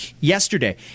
yesterday